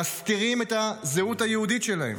ומסתירים את הזהות היהודית שלהם.